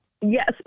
yes